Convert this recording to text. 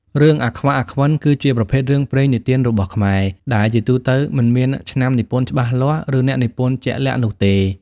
រឿង អាខ្វាក់ អាខ្វិន គឺជាប្រភេទរឿងព្រេងនិទានរបស់ខ្មែរ ដែលជាទូទៅមិនមានឆ្នាំនិពន្ធច្បាស់លាស់ ឬអ្នកនិពន្ធជាក់លាក់នោះទេ។